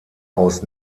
aus